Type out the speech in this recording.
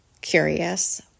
curious